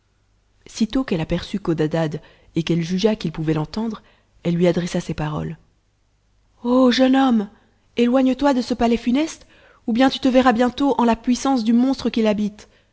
sitôt qu'elle aperçut codadad et qu'elle jugea qu'il pouvait l'entendre elle lui adressa ces paroles ô jeune homme éloigne toi de ce palais funeste ou bien tu te verras bientôt en la puissance du monstre qui l'habite